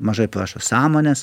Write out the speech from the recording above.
mažai prašo sąmonės